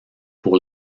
pour